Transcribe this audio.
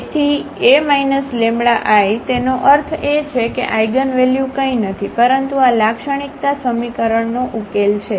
તેથી A λI તેનો અર્થ એ છે કે આઇગનવેલ્યુ કંઈ નથી પરંતુ આ લાક્ષણિકતા સમીકરણનો આ ઉકેલો છે